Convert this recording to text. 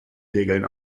regeln